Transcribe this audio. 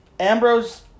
Ambrose